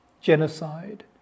genocide